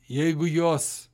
jeigu jos